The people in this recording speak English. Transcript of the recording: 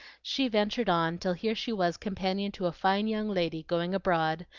she ventured on till here she was companion to a fine young lady going abroad,